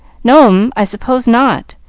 no, m i suppose not.